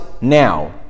now